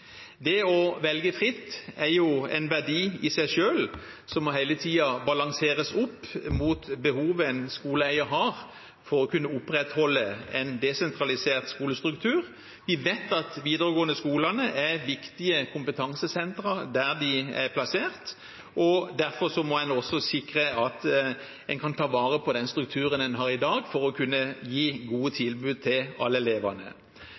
Det å velge fritt er jo en verdi i seg selv, som hele tiden må balanseres opp mot behovet en skoleeier har for å kunne opprettholde en desentralisert skolestruktur. Vi vet at de videregående skolene er viktige kompetansesentre der de er plassert. Derfor må en også sikre at en kan ta vare på den strukturen en har i dag, for å kunne gi gode tilbud til alle elevene.